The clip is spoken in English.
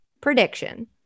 prediction